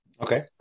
Okay